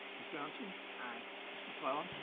ms. johnson. aye. ms. mcclellan.